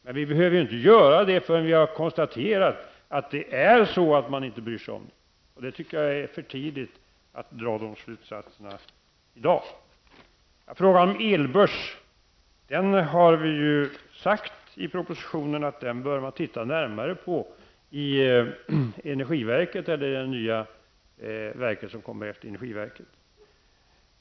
Men vi behöver inte göra det förrän vi konstaterat att man inte bryr sig om detta. Jag tycker att det är för tidigt att dra den slutsatsen i dag. Vi har ju sagt i propositionen att energiverket eller det verk som kommer efter energiverket bör titta närmare på frågan om elbörs.